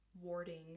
warding